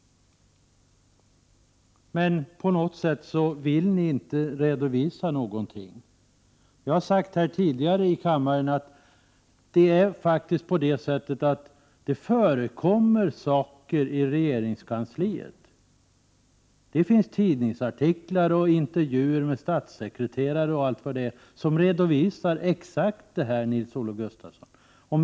På något sätt vill ni inte redovisa någonting. Jag har sagt tidigare här i kammaren att det förekommer faktiskt saker i regeringskansliet. Det finns tidningsartiklar, intervjuer med statssekreterare och allt vad det är, som visar exakt detta, Nils-Olof Gustafsson.